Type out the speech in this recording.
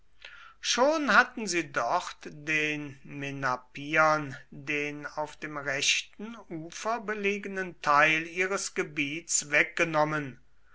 schon hatten sie dort den menapiern den auf dem rechten ufer belegenen teil ihres gebiets weggenommen